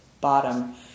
bottom